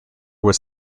was